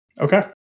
Okay